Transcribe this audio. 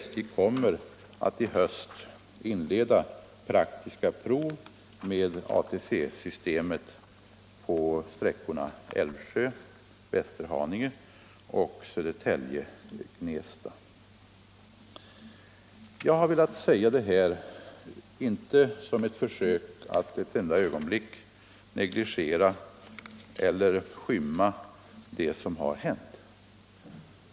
SJ kommer i höst att inleda praktiska prov med systemet på sträckorna Älvsjö-Västerhaninge och Södertälje-Gnesta. Jag har med det sagda inte ett ögonblick velat negligera eller skymma undan det som hänt.